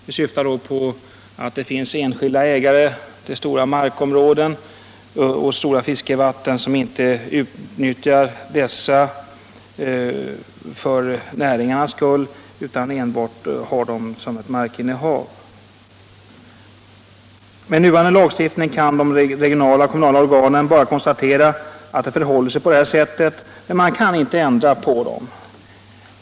Vi syftar på att det finns enskilda ägare till stora markområden och stora fiskevatten som inte utnyttjar dessa tillgångar för näringarnas skull utan enbart som markinnehav. Med nuvarande lag 167 stiftning kan de regionala och kommunala organen bara konstatera att det förhåller sig på detta sätt, men man kan inte ändra på förhållandena.